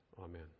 Amen